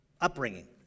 upbringing